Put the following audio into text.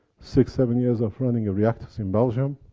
six, seven years of running a reactor in belgium,